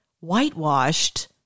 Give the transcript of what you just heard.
whitewashed